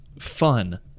fun